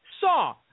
Saw